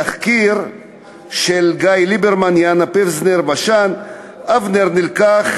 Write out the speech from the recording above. תחקיר של גיא ליברמן ויאנה פבזנר-בשן: אבנר נלקח